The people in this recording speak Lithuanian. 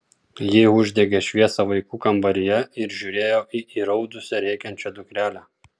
ji uždegė šviesą vaikų kambaryje ir žiūrėjo į įraudusią rėkiančią dukrelę